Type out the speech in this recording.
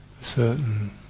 certain